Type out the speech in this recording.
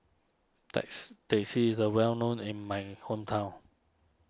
text Teh C is a well known in my hometown